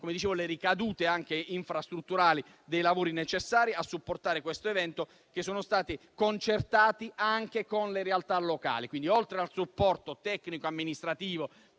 riguarda le ricadute infrastrutturali dei lavori necessari a supportare l'evento, che sono stati concertati con le realtà locali. Quindi, oltre al supporto tecnico-amministrativo